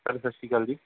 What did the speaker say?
sir ਸਤਿ ਸ਼੍ਰੀ ਅਕਾਲ ਜੀ